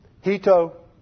Hito